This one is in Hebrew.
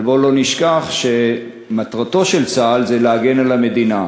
אבל בואו לא נשכח שמטרתו של צה"ל זה להגן על המדינה.